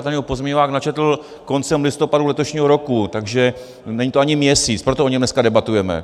Ten pozměňovák načetl koncem listopadu letošního roku, takže není to ani měsíc, proto o něm dneska debatujeme.